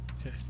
okay